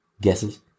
Guesses